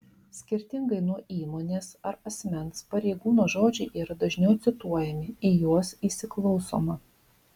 skirtingai nuo įmonės ar asmens pareigūno žodžiai yra dažniau cituojami į juos įsiklausoma